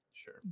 sure